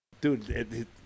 Dude